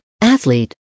athlete